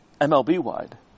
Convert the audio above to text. MLB-wide